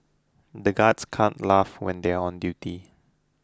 the guards can't laugh when they are on duty